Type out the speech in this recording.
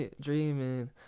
Dreaming